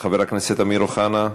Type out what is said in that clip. חבר הכנסת אמיר אוחנה.